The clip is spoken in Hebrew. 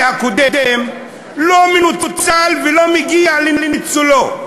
הקודם לא מנוצלים ולא מגיעים לניצולם.